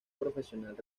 profesional